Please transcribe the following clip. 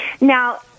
now